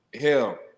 Hell